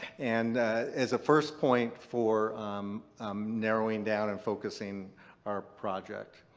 and as a first point for narrowing down and focusing our project.